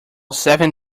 seven